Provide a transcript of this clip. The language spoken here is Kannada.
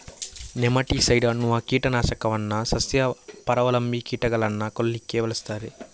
ನೆಮಾಟಿಸೈಡ್ ಅನ್ನುವ ಕೀಟ ನಾಶಕವನ್ನ ಸಸ್ಯ ಪರಾವಲಂಬಿ ಕೀಟಗಳನ್ನ ಕೊಲ್ಲಿಕ್ಕೆ ಬಳಸ್ತಾರೆ